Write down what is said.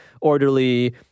orderly